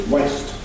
West